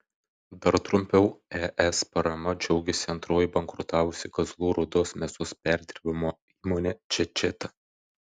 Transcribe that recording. dar trumpiau es parama džiaugėsi antroji bankrutavusi kazlų rūdos mėsos perdirbimo įmonė čečeta